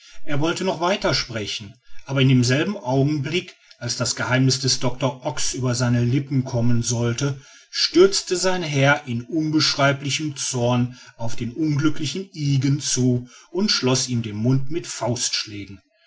er wollte noch weiter sprechen aber in demselben augenblick als das geheimniß des doctor ox über seine lippen kommen sollte stürzte sein herr in unbeschreiblichem zorn auf den unglücklichen ygen zu und schloß ihm den mund mit faustschlägen